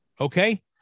okay